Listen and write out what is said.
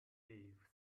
leaves